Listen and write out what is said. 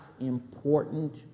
important